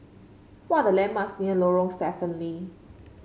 what are the landmarks near Lorong Stephen Lee